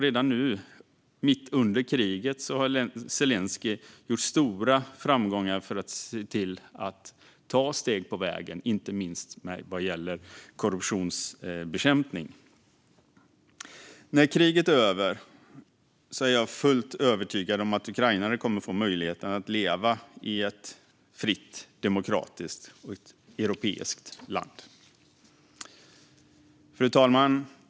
Redan nu mitt under kriget har Zelenskyj gjort stora framsteg för att se till att ta steg på vägen, inte minst med korruptionsbekämpning. Jag är fullt övertygad om att ukrainare när kriget är över kommer att få möjligheten att leva i ett fritt, demokratiskt och europeiskt land. Fru talman!